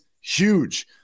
huge